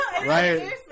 Right